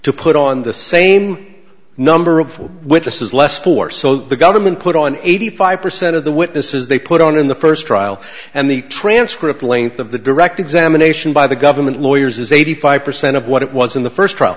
to put on the same number of witnesses less four so the government put on eighty five percent of the witnesses they put on in the first trial and the transcript length of the direct examination by the government lawyers is eighty five percent of what it was in the first